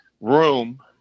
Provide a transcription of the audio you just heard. room